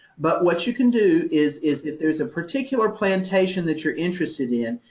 but what you can do is is if there's a particular plantation that you're interested in,